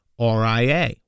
RIA